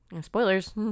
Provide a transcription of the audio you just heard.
Spoilers